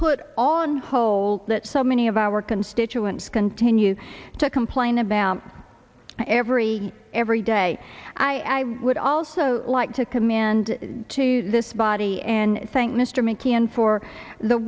all on hold that so many of our constituents continue to complain about every every day i would also like to command to this body and thank mr mckeon for the